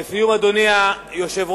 לסיום, אדוני היושב-ראש,